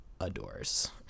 adores